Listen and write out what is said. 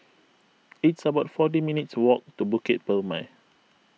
it's about forty minutes' walk to Bukit Purmei